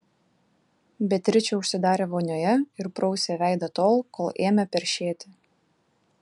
beatričė užsidarė vonioje ir prausė veidą tol kol ėmė peršėti